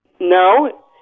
No